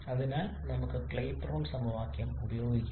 അതിനാൽ നമുക്ക് ക്ലാപെറോൺ സമവാക്യം പ്രയോഗിക്കാം